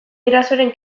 gurasoren